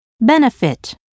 benefit